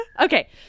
okay